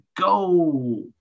go